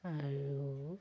আৰু